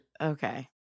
Okay